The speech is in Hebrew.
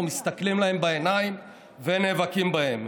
אנחנו מסתכלים להן בעיניים ונאבקים בהן.